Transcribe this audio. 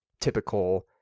typical